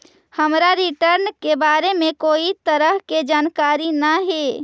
हमरा रिटर्न के बारे में कोई तरह के जानकारी न हे